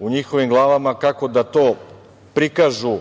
u njihovim glavama kako da to prikažu